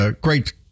great